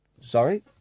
Sorry